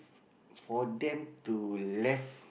for them to left